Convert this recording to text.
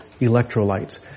electrolytes